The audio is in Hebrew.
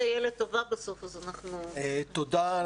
תודה,